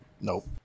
Nope